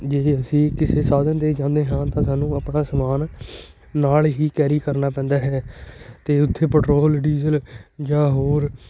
ਜੇ ਅਸੀਂ ਕਿਸੇ ਸਾਧਨ 'ਤੇ ਜਾਂਦੇ ਹਾਂ ਤਾਂ ਸਾਨੂੰ ਆਪਣਾ ਸਮਾਨ ਨਾਲ ਹੀ ਕੈਰੀ ਕਰਨਾ ਪੈਂਦਾ ਹੈ ਅਤੇ ਉੱਥੇ ਪੈਟਰੋਲ ਡੀਜ਼ਲ ਜਾਂ ਹੋਰ